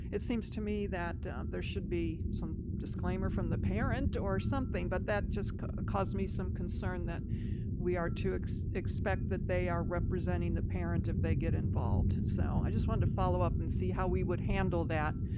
it seems to me that there should be some disclaimer from the parent or something, but that just caused me some concern that we are to expect that they are representing the parent if they get involved. so i just wanted to follow up and see how we would handle that